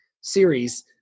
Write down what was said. series